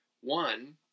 One